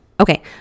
Okay